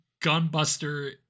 Gunbuster